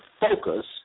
focus